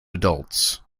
adults